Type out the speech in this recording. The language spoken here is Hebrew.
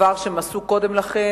דבר שהם עשו קודם לכן,